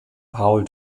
paul